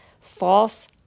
false